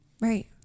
Right